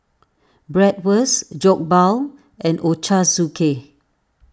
Bratwurst Jokbal and Ochazuke